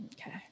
Okay